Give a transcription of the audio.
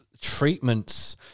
treatments